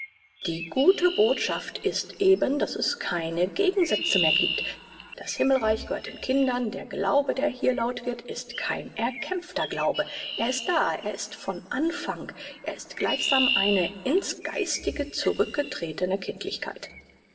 die gute botschaft ist eben daß es keine gegensätze mehr giebt das himmelreich gehört den kindern der glaube der hier laut wird ist kein erkämpfter glaube er ist da er ist von anfang er ist gleichsam eine in's geistige zurückgetretene kindlichkeit